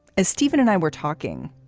as stephen and i were talking,